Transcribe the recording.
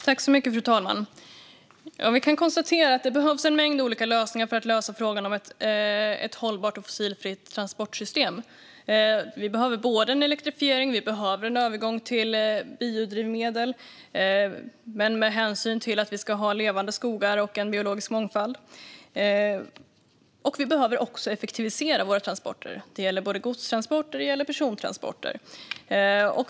Fru talman! Vi kan konstatera att det behövs en mängd olika lösningar för att lösa frågan om ett hållbart och fossilfritt transportsystem. Vi behöver både en elektrifiering och en övergång till biodrivmedel men med hänsyn till att vi ska ha levande skogar och en biologisk mångfald. Vi behöver också effektivisera våra transporter, och det gäller både godstransporter och persontransporter.